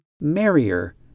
merrier